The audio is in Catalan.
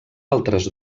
altres